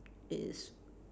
it is